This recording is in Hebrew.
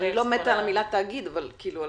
לא מתה על המילה תאגיד, אבל בסדר.